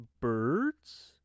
birds